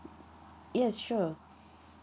yes sure